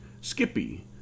Skippy